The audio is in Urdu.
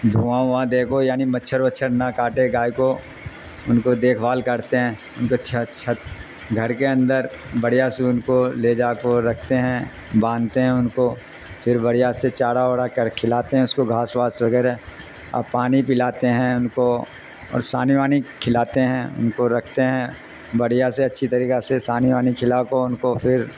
جھواں واں دے کوو یعنی مچھر وچھر نہ کاٹے گائے کو ان کو دیکھ بھال کرتے ہیں ان کو چھ چھت گھر کے اندر بڑھیا سے ان کو لے جا کو رکھتے ہیں باندھتے ہیں ان کو پھر بڑھیا سے چارا وڑا کر کھلاتے ہیں اس کو گھاس واس وغیرہ اور پانی پلاتے ہیں ان کو اور سثانی وانی کھلاتے ہیں ان کو رکھتے ہیں بڑھ سے اچھی طریقہ سے سثانی وانی کھلا کو ان کو پھر